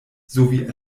sowie